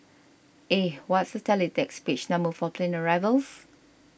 eh what's the teletext page number for plane arrivals